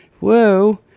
Whoa